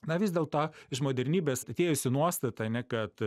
na vis dėlto iš modernybės atėjusi nuostata ne kad